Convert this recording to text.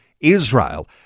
Israel